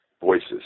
voices